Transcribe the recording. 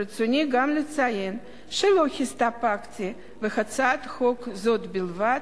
ברצוני גם לציין שלא הסתפקתי בהצעת חוק זאת בלבד.